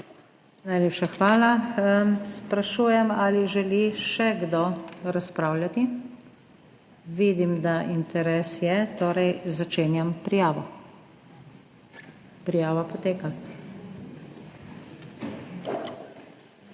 Najlepša hvala. Sprašujem, ali želi še kdo razpravljati? Vidim, da interes je, torej začenjam prijavo. Prijava poteka.